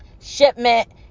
shipment